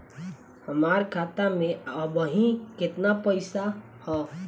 हमार खाता मे अबही केतना पैसा ह?